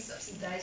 but